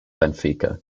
benfica